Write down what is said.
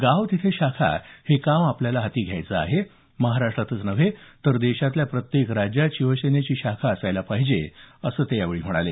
गाव तिथे शाखा हे काम आपल्याला हाती घ्यायचं आहे महाराष्ट्रातच नव्हे तर देशातल्या प्रत्येक राज्यात शिवसेनेची शाखा असायला पाहिजे असं ते यावेळी म्हणाले